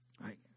Right